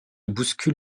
bouscule